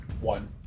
One